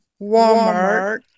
Walmart